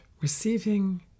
receiving